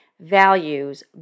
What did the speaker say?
values